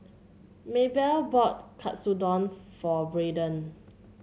Maebelle bought Katsudon for Braydon